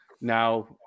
now